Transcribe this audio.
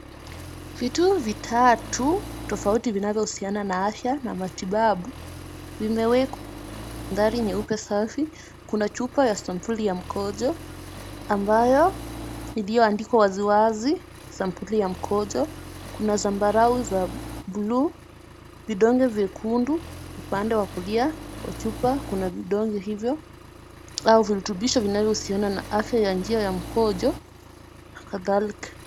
Vitu vitatu tofauti vinavyohusiana na afya na matibabu, vimewekwa mandhari nyeupe safi, kuna chupa ya sampuli ya mkojo ambayo iliyoandikwa waziwazi sampuli ya mkojo, kuna zambarau za bluu, vidonge vyekundu, upande wa kulia wa chupa kuna vidonge hivyo au virutubisho vinavyohusiana na afya ya njia ya mkojo na kadhalika.